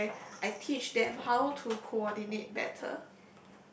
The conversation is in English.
I I teach them how to coordinate better